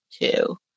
two